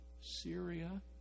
Syria